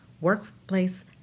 workplace